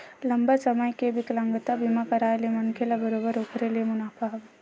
लंबा समे के बिकलांगता बीमा कारय ले मनखे ल बरोबर ओखर ले मुनाफा हवय